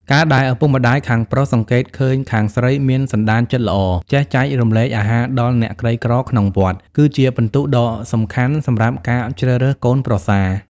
ការដែលឪពុកម្ដាយខាងប្រុសសង្កេតឃើញខាងស្រីមានសន្តានចិត្តល្អ ចេះចែករំលែកអាហារដល់អ្នកក្រីក្រក្នុងវត្ត គឺជាពិន្ទុដ៏សំខាន់សម្រាប់ការជ្រើសរើសកូនប្រសា។